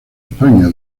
españa